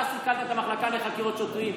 אתה סיכלת את המחלקה לחקירות שוטרים.